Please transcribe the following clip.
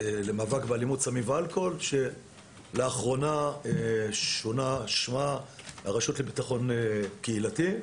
למאבק באלימות סמים ואלכוהול שלאחרונה שונה שמה ל"רשות לביטחון קהילתי".